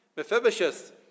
Mephibosheth